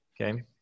okay